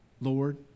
Lord